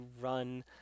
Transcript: run